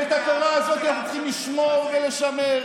ואת התורה הזאת אנחנו צריכים לשמור ולשמר,